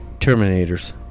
Terminators